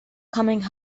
coming